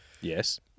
yes